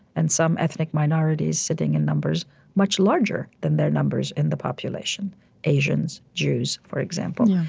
and some ethnic minorities sitting in numbers much larger than their numbers in the population asians, jews, for example.